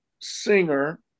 singer